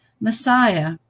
Messiah